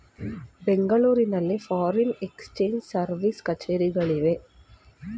ಬೆಂಗಳೂರಿನಲ್ಲಿ foreign exchange service ಕಛೇರಿಗಳು ಇವೆ